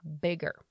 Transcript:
bigger